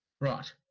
Right